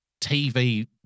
tv